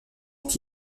est